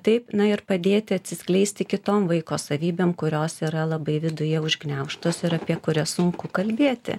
taip na ir padėti atsiskleisti kitom vaiko savybėm kurios yra labai viduje užgniaužtos ir apie kurias sunku kalbėti